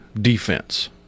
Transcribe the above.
defense